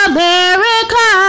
America